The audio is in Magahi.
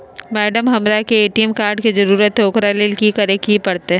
मैडम, हमरा के ए.टी.एम कार्ड के जरूरत है ऊकरा ले की की करे परते?